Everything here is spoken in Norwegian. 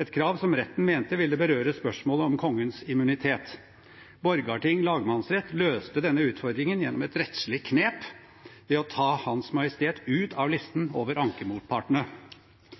et krav som retten mente ville berøre spørsmålet om kongens immunitet. Borgarting lagmannsrett løste denne utfordringen gjennom et rettslig knep, ved å ta Hans Majestet ut av listen over